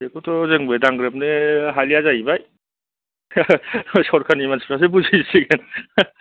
बेखौथ' जोंबो दांग्रोमनो हालिया जायैबाय सरकारनि मानसिफ्रासो बुजिसिगोन